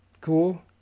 Cool